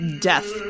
Death